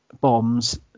bombs